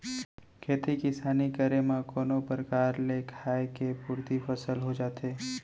खेती किसानी करे म कोनो परकार ले खाय के पुरती फसल हो जाथे